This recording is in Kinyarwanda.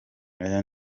aya